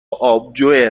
آبجوی